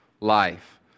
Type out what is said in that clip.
life